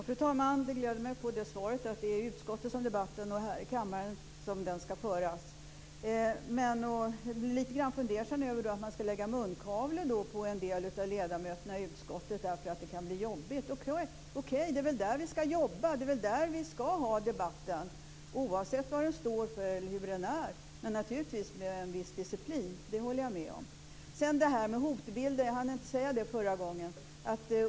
Fru talman! Det gläder mig att få svaret att det är i utskottet och här i kammaren som debatten ska föras. Men jag blir lite grann fundersam över att man ska lägga munkavle på en del av ledamöterna i utskottet därför att det kan bli jobbigt. Okej, det är väl där vi ska jobba, det är väl där vi ska ha debatten, oavsett vad den står för eller hur den är. Men naturligtvis ska det vara med en viss disciplin, det håller jag med om. Sedan till det här med hotbilden. Jag hann inte säga det förra gången.